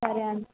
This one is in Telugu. సరే అండి